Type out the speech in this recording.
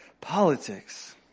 Politics